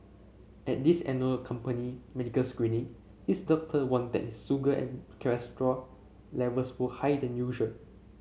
at this annual company medical screening his doctor warned that his sugar and cholesterol levels were high than usual